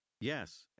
Yes